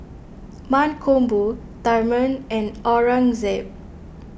Mankombu Tharman and Aurangzeb